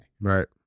Right